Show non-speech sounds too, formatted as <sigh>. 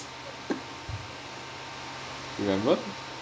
<laughs> remember